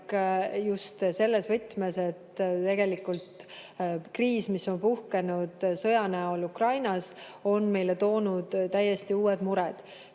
just selles võtmes, et tegelikult kriis, mis on puhkenud sõja näol Ukrainas, on meile toonud täiesti uued mured.